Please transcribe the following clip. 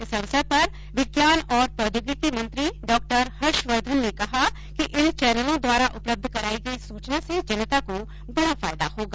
इस अवसर पर विज्ञान और प्रौद्योगिकी मंत्री डाक्टर हर्षवर्धन ने कहा इन चैनलों द्वारा उपलब्ध कराई गई सूचना से जनता को बड़ा फायदा होगा